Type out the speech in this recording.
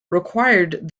required